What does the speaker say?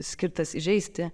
skirtas įžeisti